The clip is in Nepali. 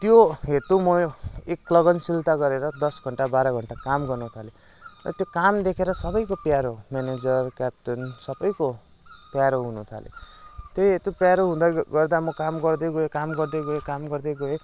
त्यो हेतु म एक लगनशीलता गरेर दस घन्टा बाह्र घन्टा काम गर्नु थालेँ र त्यो काम देखेर सबैको प्यारो म्यानेजर क्यापटन सबैको प्यारो हुन थालेँ त्यो हेतु प्यारो हुँदै गर्दा म काम गर्दै गएँ काम गर्दै गएँ